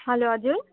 hello हजुर